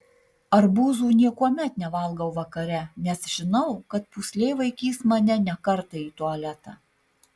arbūzų niekuomet nevalgau vakare nes žinau kad pūslė vaikys mane ne kartą į tualetą